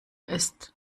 ist